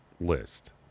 list